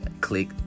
click